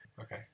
Okay